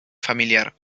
familiar